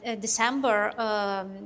December